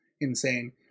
insane